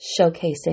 showcasing